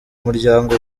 muryango